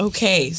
Okay